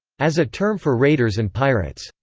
as a term for raiders and pirates.